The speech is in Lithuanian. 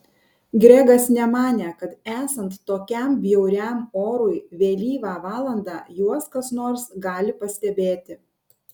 gregas nemanė kad esant tokiam bjauriam orui vėlyvą valandą juos kas nors gali pastebėti